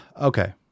Okay